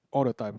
all the time